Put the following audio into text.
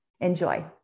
Enjoy